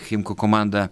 chimkų komanda